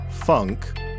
Funk